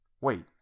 wait